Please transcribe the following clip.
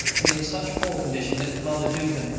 and in such poor condition that commander duncan,